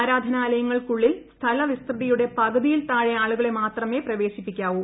ആരാധനാലയങ്ങൾക്കുള്ളിൽ സ്ഥലവിസ്തൃതിയുടെ പകുതിയിൽ താഴെ ആളുകളെ മാത്രമേ പ്രവേശിപ്പിക്കാവൂ